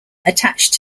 attached